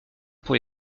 pour